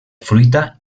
fruita